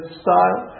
style